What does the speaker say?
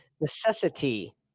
necessity